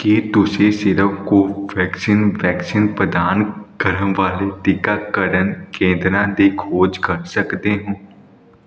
ਕੀ ਤੁਸੀਂ ਸਿਰਫ਼ ਕੋਵੈਕਸੀਨ ਵੈਕਸੀਨ ਪ੍ਰਦਾਨ ਕਰਨ ਵਾਲੇ ਟੀਕਾਕਰਨ ਕੇਂਦਰਾਂ ਦੀ ਖੋਜ ਕਰ ਸਕਦੇ ਹੋ